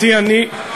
פחות